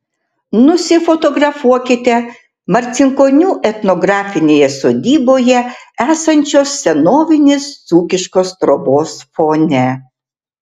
nusifotografuokite marcinkonių etnografinėje sodyboje esančios senovinės dzūkiškos trobos fone